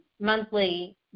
monthly